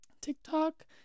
TikTok